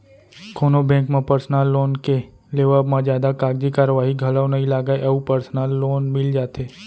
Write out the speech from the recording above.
कोनो बेंक म personal loan के लेवब म जादा कागजी कारवाही घलौ नइ लगय अउ परसनल लोन मिल जाथे